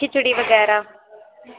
ਖਿਚੜੀ ਵਗੈਰਾ